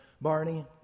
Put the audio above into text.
Barney